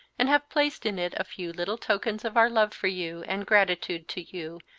and have placed in it a few little tokens of our love for you and gratitude to you,